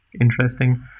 interesting